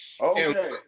Okay